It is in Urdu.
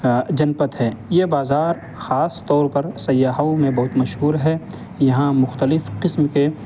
جنپتھ ہے یہ بازار خاص طور پر سیاحوں میں بہت مشہور ہے یہاں مختلف قسم کے